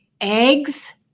Eggs